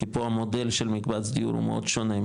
כי פה המודל של מקבץ דיור הוא מאוד שונה,